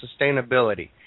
sustainability